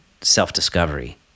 self-discovery